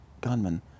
gunman